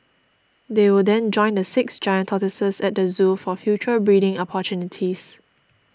they will then join the six giant tortoises at the zoo for future breeding opportunities